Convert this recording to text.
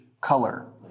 color